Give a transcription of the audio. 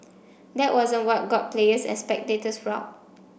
that wasn't what got players and spectators riled